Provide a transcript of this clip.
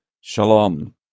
shalom